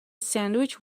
sandwich